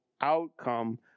outcome